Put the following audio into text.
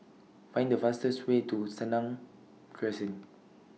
Find The fastest Way to Senang Crescent